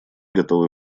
готовы